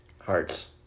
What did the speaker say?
hearts